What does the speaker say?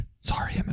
sorry